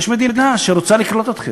יש מדינה שרוצה לקלוט אתכם,